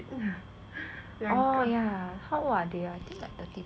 oh ya how old are they ah think like thirty plus or something